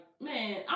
man